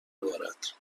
بارد